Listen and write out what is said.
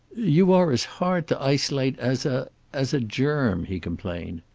you are as hard to isolate as a as a germ, he complained.